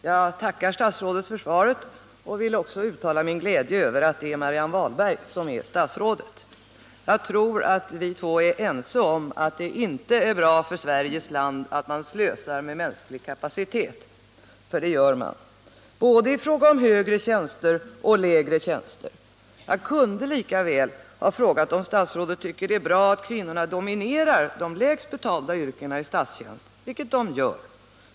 Herr talman! Jag tackar statsrådet för svaret och vill också uttala min glädje över att det är Marianne Wahlberg som är statsrådet. Jag tror att vi två är ense om att det inte är bra för Sveriges land att man slösar med mänsklig kapacitet — för det gör man. Både i fråga om högre tjänster och i fråga om lägre tjänster. Jag kunde lika väl ha frågat om statsrådet tycker att det är bra att kvinnorna dominerar de lägst betalda yrkena i statstjänst, vilket de gör.